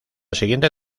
siguiente